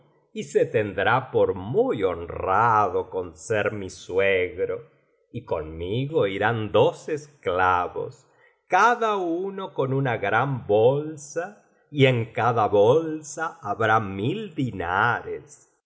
y se tendrá por muy honrado con ser mi suegro y conmigo irán dos esclavos cada uno con una gran bolsa y en cada bolsa habrá mil dinares